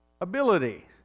ability